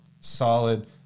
solid